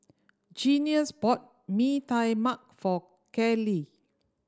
Junius bought Mee Tai Mak for Callie